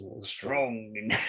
Strong